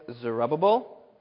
Zerubbabel